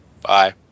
Bye